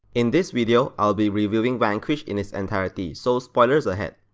in this video i'll be reviewing vanquish in its entirety so spoilers ahead.